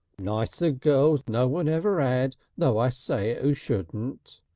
nicer girls no one ever ad though i say it who shouldn't.